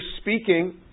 speaking